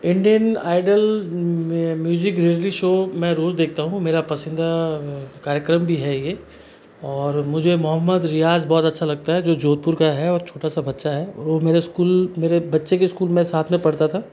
Indian Idol में music reality show मैं रोज़ देखता हूँ मेरा पसंदीदा कार्यक्रम भी है यह और मुझे मोहम्मद रियाज़ बहुत अछा लगता है जो जोधपुर का है और छोटा सा बच्चा है वो मेरे स्कूल मेरे बच्चे के स्कूल में साथ में पढ़ता था